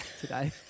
today